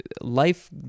life